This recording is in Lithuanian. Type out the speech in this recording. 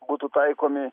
būtų taikomi